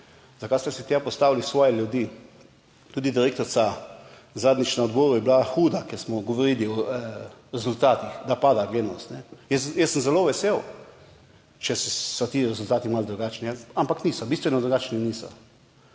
za kar ste si tja postavili svoje ljudi, tudi direktorica zadnjič na odboru je bila huda, ker smo govorili o rezultatih, da pada gledanost, ne. Jaz sem zelo vesel, če so ti rezultati malo drugačni, ampak niso bistveno drugačni, niso.